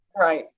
Right